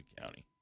county